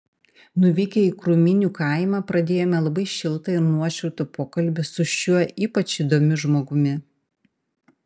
nuvykę į krūminių kaimą pradėjome labai šiltą ir nuoširdų pokalbį su šiuo ypač įdomiu žmogumi